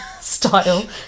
style